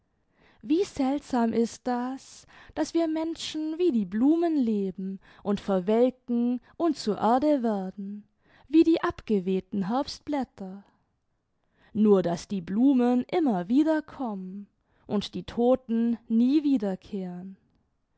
wie seltsam ist das daß wir menschen wie die blumen leben und verwelken und zu erde werden wie die abgewehten herbstblätter nur daß die blumen immer wieder kommen und die toten nie wiederkehren